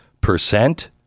percent